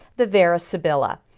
the vera sibilla.